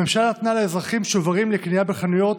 הממשלה נתנה לאזרחים שוברים לקנייה בחנויות,